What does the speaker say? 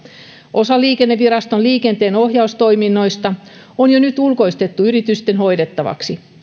osa liikenneviraston liikenteenohjaustoiminnoista on jo nyt ulkoistettu yritysten hoidettavaksi